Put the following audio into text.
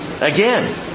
again